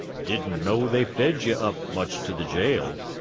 didn't know they fed ye up much to the jail,